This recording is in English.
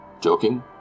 Joking